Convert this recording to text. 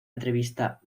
entrevista